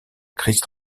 christ